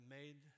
made